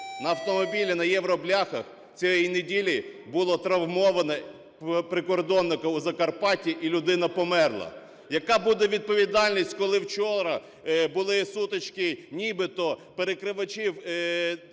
на автомобілі на "євробляхах" цієї неділі було травмовано прикордонника у Закарпатті і людина померла? Яка буде відповідальність, коли вчора були сутички нібито перекривачів